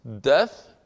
death